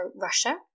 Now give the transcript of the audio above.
Russia